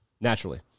naturally